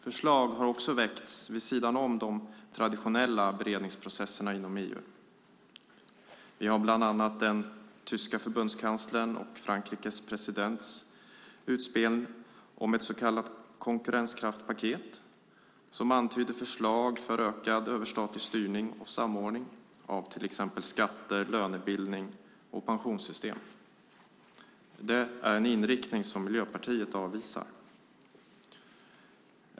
Förslag har också väckts vid sidan om de traditionella beredningsprocesserna inom EU. Vi har bland annat den tyska förbundskanslerns och Frankrikes presidents utspel om ett så kallat konkurrenskraftspaket, som antyder förslag om ökad överstatlig styrning och samordning av till exempel skatter, lönebildning och pensionssystem. Det är en inriktning som Miljöpartiet avvisar.